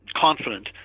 confident